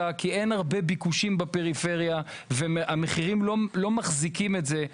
כי אין הרבה ביקושים בפריפריה והמחירים לא מחזיקים את זה,